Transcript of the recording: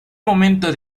momento